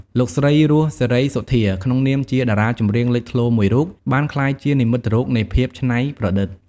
លោកស្រី រស់ សេរីសុទ្ធា ក្នុងនាមជាតារាចម្រៀងលេចធ្លោមួយរូប បានក្លាយជា និមិត្តរូបនៃភាពច្នៃប្រឌិត ។